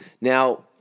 Now